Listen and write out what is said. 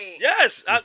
Yes